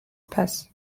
pass